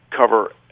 cover